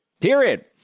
period